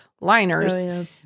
liners